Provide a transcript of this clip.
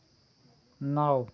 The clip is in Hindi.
नौ